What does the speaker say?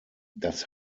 das